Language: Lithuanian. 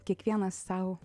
kiekvienas sau